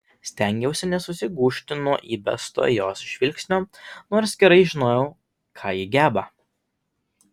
stengiausi nesusigūžti nuo įbesto jos žvilgsnio nors gerai žinojau ką ji geba